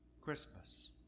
Christmas